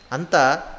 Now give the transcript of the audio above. Anta